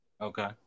Okay